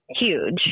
huge